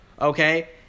Okay